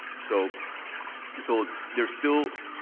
so so there's still,